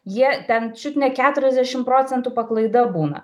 jie ten čiut ne keturiasdešim procentų paklaida būna